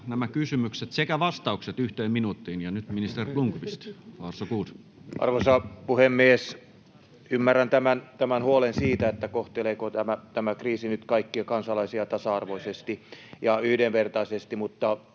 nämä kysymykset sekä vastaukset yhteen minuuttiin. — Ja nyt ministeri Blomqvist, var så god. Arvoisa puhemies! Ymmärrän tämän huolen siitä, kohteleeko tämä kriisi nyt kaikkia kansalaisia tasa-arvoisesti ja yhdenvertaisesti,